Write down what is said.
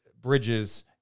Bridges